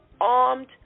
armed